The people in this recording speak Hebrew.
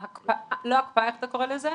לא הקפאה איך אתה קורא לזה?